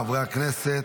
חברי הכנסת,